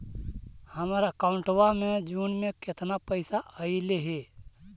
हमर अकाउँटवा मे जून में केतना पैसा अईले हे?